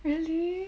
really